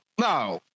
no